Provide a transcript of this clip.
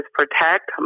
protect